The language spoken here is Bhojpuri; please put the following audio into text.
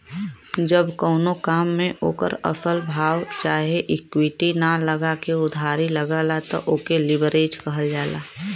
जब कउनो काम मे ओकर असल भाव चाहे इक्विटी ना लगा के उधारी लगला त ओके लीवरेज कहल जाला